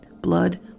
Blood